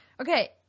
Okay